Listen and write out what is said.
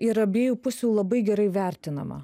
ir abiejų pusių labai gerai vertinama